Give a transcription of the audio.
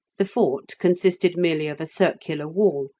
the fort consisted merely of a circular wall,